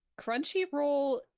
Crunchyroll